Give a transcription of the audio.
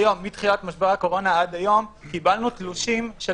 שמתחילת משבר הקורונה עד היום קיבלנו תלושים של